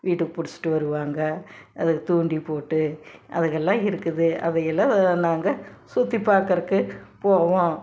வீட்டுக்கு பிடிச்சிட்டு வருவாங்க அதுக்கு தூண்டி போட்டு அதுகளெலாம் இருக்குது அதையெல்லாம் நாங்கள் சுற்றி பார்க்கறக்கு போவோம்